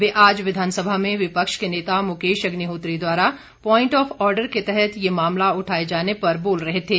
वे आज विधानसभा में विपक्ष के नेता मुकेश अग्निहोत्री द्वारा प्वाइंट आफ आर्डर के तहत ये मामला उठाए जाने पर बोल रहे थे